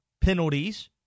penalties